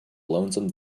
lonesome